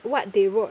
what they wrote